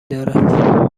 داره